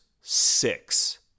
six